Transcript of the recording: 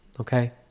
Okay